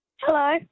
Hello